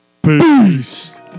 Peace